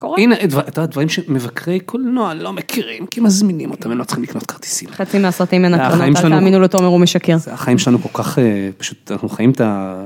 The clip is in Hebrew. הנה את יודעת דברים שמבקרי קולנוע לא מכירים כי מזמינים אותם הם לא צריכים לקנות כרטיסים, לחצי מהסרטים אין הקרנות אל תאמינו לתומר הוא משקר, זה החיים שלנו כל כך פשוט אנחנו חיים את ה..